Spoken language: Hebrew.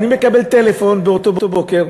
אני מקבל טלפון באותו בוקר